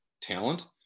talent